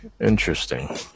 interesting